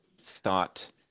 thought